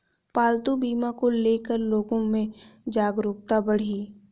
पालतू बीमा को ले कर लोगो में जागरूकता बढ़ी है